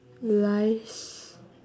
lies